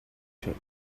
shut